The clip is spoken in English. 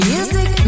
Music